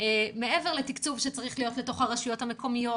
מעבר לתקצוב שצריך להיות לתוך הרשויות המקומיות